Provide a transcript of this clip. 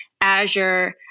Azure